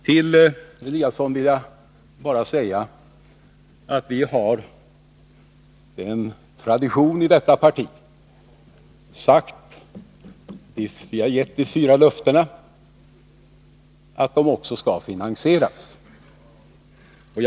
Till Ingemar Eliasson vill jag bara säga att vi har en tradition i detta parti, och när vi har gett de fyra löftena har vi därmed också sagt att de skall finansieras.